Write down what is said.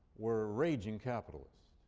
were raging capitalists.